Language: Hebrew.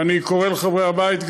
ואני קורא לחברי הבית,